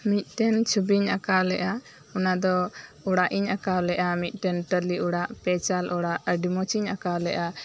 ᱢᱤᱫᱴᱮᱱ ᱪᱷᱚᱵᱤᱧ ᱟᱸᱠᱟᱣ ᱞᱮᱜᱼᱟ ᱚᱱᱟ ᱫᱚ ᱚᱲᱟᱜ ᱤᱧ ᱟᱸᱠᱟᱣ ᱞᱮᱜᱼᱟ ᱢᱤᱫᱴᱮᱱ ᱴᱟᱞᱤ ᱚᱲᱟᱜ ᱯᱮ ᱪᱟᱞ ᱚᱲᱟᱜ ᱟᱹᱰᱤ ᱢᱚᱸᱡᱽ ᱤᱧ ᱟᱸᱠᱟᱣ ᱞᱮᱜᱼᱟ